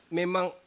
memang